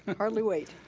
hardly wait.